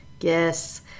Yes